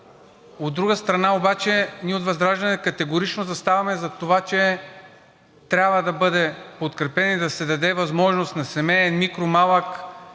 От друга страна обаче, ние от ВЪЗРАЖДАНЕ категорично заставаме зад това, че трябва да бъде подкрепен и да се даде възможност на семеен микро-, малък,